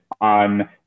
on